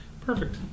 Perfect